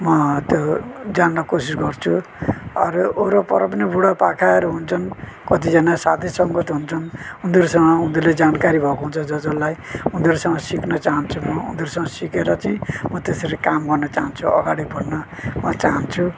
म त्यो जान्न कोसिस गर्छु अरू वरपर पनि बुढापाकाहरू हुन्छन् कतिजना साथी सङ्गत हुन्छन् उनीहरूसँग उनीहरूले जानकारी भएको हुन्छ जस जसलाई उनीहरूसँग सिक्न चाहन्छु म उनीहरूसँग सिकेर चाहिँ म त्यसरी काम गर्न चाहन्छु अगाडि बढ्न म चाहन्छु